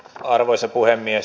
arvoisa puhemies